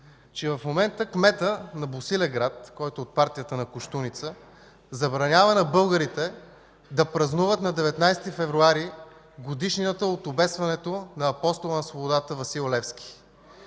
че в момента кметът на Босилеград, който е от партията на Кощуница, забранява на българите да празнуват на 19 февруари годишнината от обесването на Апостола на свободата Васил Левски.